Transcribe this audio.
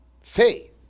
faith